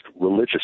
religious